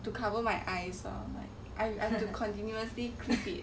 to cover my eyes lor like I ask have to continuously clip it